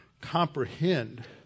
comprehend